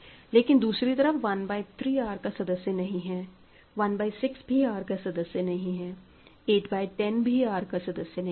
लेकिन दूसरी तरफ 1 बाय 3 R का सदस्य नहीं है 1 बाय 6 भी R का सदस्य नहीं है 8 बाय 10 भी R का सदस्य नहीं है